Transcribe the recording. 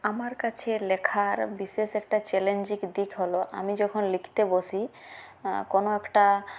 আমার কাছে লেখার বিশেষ একটা চ্যালেঞ্জিং দিক হল আমি যখন লিখতে বসি কোনও একটা